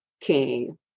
king